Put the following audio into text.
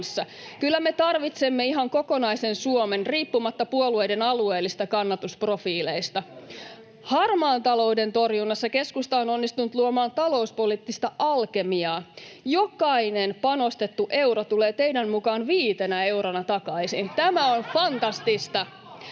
Kyllä me tarvitsemme ihan kokonaisen Suomen riippumatta puolueiden alueellisista kannatusprofiileista. Harmaan talouden torjunnassa keskusta on onnistunut luomaan talouspoliittista alkemiaa. Jokainen panostettu euro tulee teidän mukaanne viitenä eurona takaisin. Tämä on fantastista.